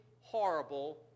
horrible